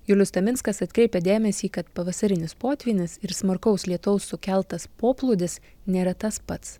julius taminskas atkreipia dėmesį kad pavasarinis potvynis ir smarkaus lietaus sukeltas poplūdis nėra tas pats